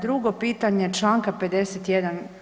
Drugo pitanje članka 51.